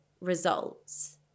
results